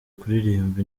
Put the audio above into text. kuririmba